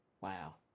wow